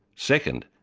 second,